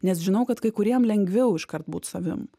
nes žinau kad kai kuriemu lengviau iškart būt savim